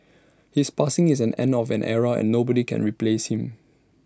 his passing is an end of an era and nobody can replace him